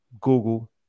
Google